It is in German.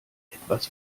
etwas